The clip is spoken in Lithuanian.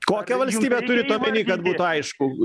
kokią valstybę turit omeny kad būtų aišku